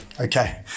okay